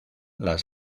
las